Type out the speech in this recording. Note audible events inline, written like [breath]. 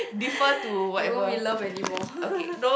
[breath] it won't be love anymore [laughs]